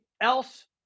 else